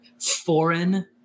foreign